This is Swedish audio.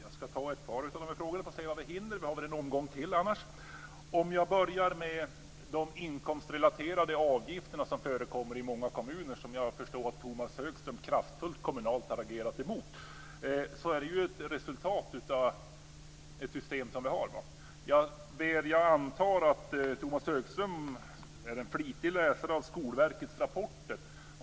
Fru talman! Jag ska ta ett par av dessa frågor, och så får vi se vad vi hinner. Vi har väl en omgång till om vi inte hinner allihopa. Om jag börjar med de inkomstrelaterade avgifter som förekommer i många kommuner, som jag förstår att Tomas Högström har agerat emot kraftfullt kommunalt, kan jag säga att de är ett resultat av ett system som vi har. Jag antar att Tomas Högström är en flitig läsare av Skolverkets rapporter.